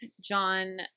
John